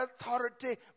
authority